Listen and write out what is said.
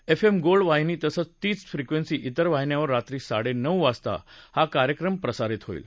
F M gold वाहिनी तसंच तीच फ्रीक्वस्सी तिर वाहिन्यावर रात्री साडचिऊ वाजता हा कार्यक्रम प्रसारित होईल